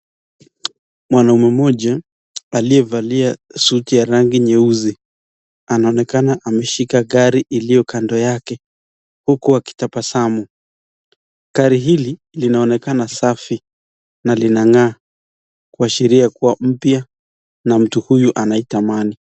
Mwanaume moja aliyevalia suti ya rangi nyeusi anaonekana ameshika gari iliyo kando yake huko akitapasamu, gari hili linaonekana safi na linangaa kuashiria kuwa mpya na mtu huyu anaitamani.